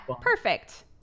perfect